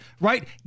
right